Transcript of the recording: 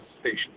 Station